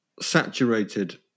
saturated